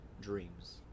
dreams